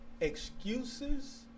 Excuses